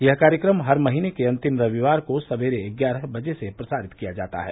यह कार्यक्रम हर महीने के अंतिम रविवार को सवेरे ग्यारह बजे प्रसारित किया जाता है